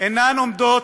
אינן עומדות,